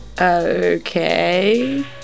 Okay